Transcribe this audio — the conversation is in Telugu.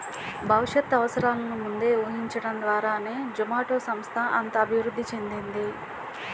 భవిష్యత్ అవసరాలను ముందే ఊహించడం ద్వారానే జొమాటో సంస్థ అంత అభివృద్ధి చెందింది